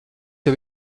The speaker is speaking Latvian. jau